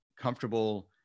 comfortable